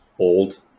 Old